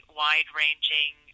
wide-ranging